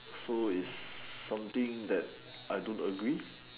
so is something that I don't agree